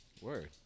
Word